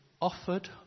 offered